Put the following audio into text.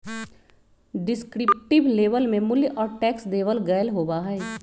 descriptive label में मूल्य और टैक्स देवल गयल होबा हई